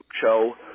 show